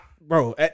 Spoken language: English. bro